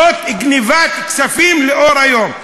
זאת גנבת כספים לאור היום.